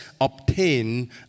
obtain